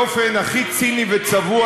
באופן הכי ציני וצבוע,